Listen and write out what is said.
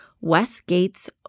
Westgate's